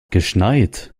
geschneit